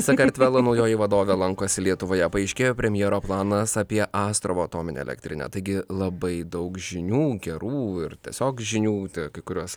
sakartvelo naujoji vadovė lankosi lietuvoje paaiškėjo premjero planas apie astravo atominę elektrinę taigi labai daug žinių gerų ir tiesiog žinių tik kai kuriuos